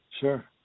Sure